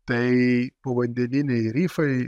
tai povandeniniai rifai